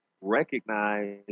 recognize